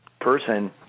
person